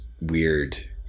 weird